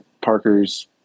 Parker's